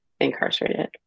incarcerated